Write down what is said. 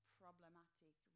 problematic